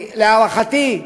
כי, להערכתי,